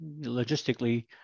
logistically